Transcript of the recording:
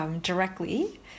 directly